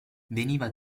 veniva